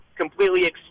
completely